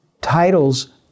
Titles